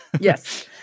yes